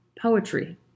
Poetry